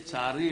לצערי,